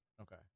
Okay